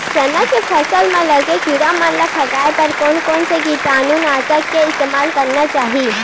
चना के फसल म लगे किड़ा मन ला भगाये बर कोन कोन से कीटानु नाशक के इस्तेमाल करना चाहि?